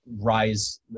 rise